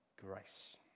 grace